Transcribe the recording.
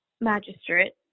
magistrate